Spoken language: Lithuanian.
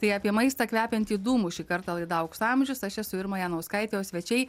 tai apie maistą kvepiantį dūmu šį kartą laida aukso amžius aš esu irma janauskaitė o svečiai